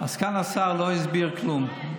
סגן השר לא הסביר כלום.